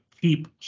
keep